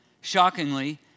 shockingly